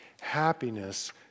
Happiness